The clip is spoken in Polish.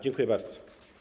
Dziękuję bardzo.